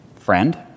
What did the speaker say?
friend